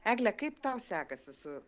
egle kaip tau sekasi su